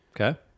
Okay